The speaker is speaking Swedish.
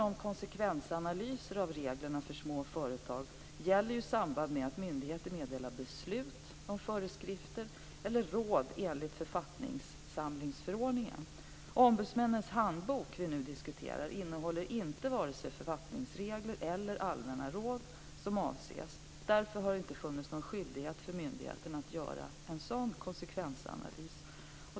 om konsekvensanalyser av reglerna för små företag gäller i samband med att myndigheter meddelar beslut om föreskrifter eller råd enligt författningssamlingsförordningen. Ombudsmännens handbok innehåller inte vare sig författningsregler eller allmänna råd som avses. Det har därför inte funnits någon skyldighet för myndigheterna att göra en sådan konsekvensanalys.